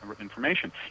information